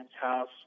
house